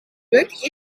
bug